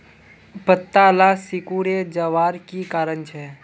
पत्ताला सिकुरे जवार की कारण छे?